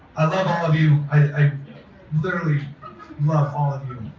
love all of you. i literally love all of you,